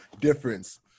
difference